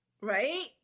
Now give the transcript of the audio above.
Right